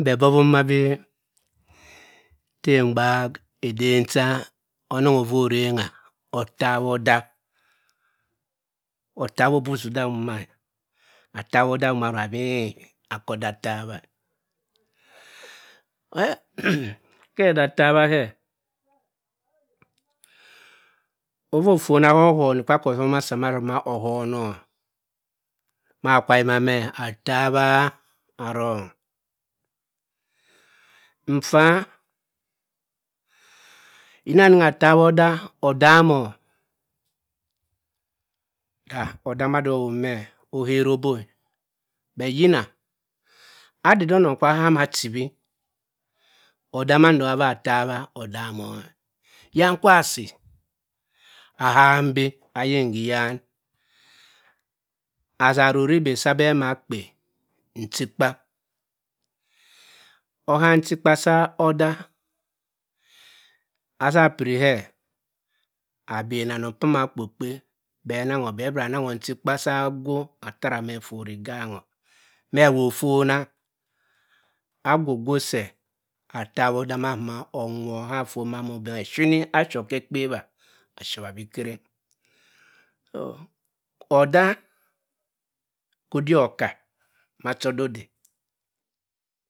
Beh bobhum mabi teh mgbak eden cha anong avaa orengha otabhodaa. otabho busi dah nwoma e. Atabhodah nwoma avongha bi eh, nka odah ntabha e. che edah tabha khe, ofofona ose kwa aka osom asa ma ohono. Akwa yima atabhah arong. Nfafa. yina anong atabho dah odamoh. Da odah madi oning meh weh ohero obo e. Bet adeh onong kwooham achi bhi, odah manda manda araa tabha adamo eh. Yan kwoa asi? Ahang bii ayin hyan azah roribi sibeh makpe nchikpa. oham nchikpa sodah aza piri khe aben anong pa ana kpokpe beh nangho beh bra anang ho beh bra anongho nchikpa sah agwo ataro moh iforr igangho meh woh ofona agwo gwo seh atabho odah nwoma onwo khifort oshini ashop khekpebha. ashobha bii kereng. Odah hodik okah macha oda ade.